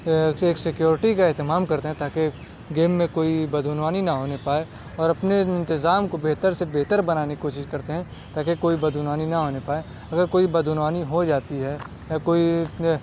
سے ایک سیکورٹی کا اہتمام کرتے ہیں تاکہ گیم میں کوئی بدعنوانی نہ ہونے پائے اور اپنے انتظام کو بہتر سے بہتر بنانے کی کوشش کرتے ہیں تاکہ کوئی بدعنوانی نہ آنے پائے اگر کوئی بدعنوانی ہو جاتی ہے یا کوئی